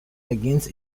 begins